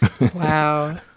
wow